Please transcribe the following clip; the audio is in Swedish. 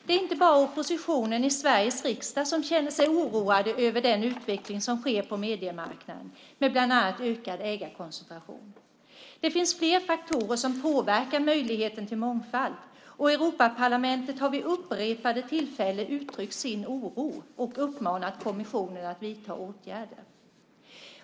Det är inte bara oppositionen i Sveriges riksdag som känner sig oroad över den utveckling som sker på mediemarknaden med bland annat ökad ägarkoncentration. Det finns flera faktorer som påverkar möjligheter till mångfald. Europaparlamentet har vid upprepade tillfällen uttryckt sin oro och uppmanat kommissionen att vidta åtgärder.